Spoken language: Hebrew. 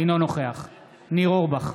אינו נוכח ניר אורבך,